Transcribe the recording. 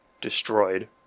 destroyed